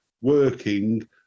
working